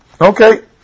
Okay